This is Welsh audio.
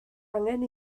angen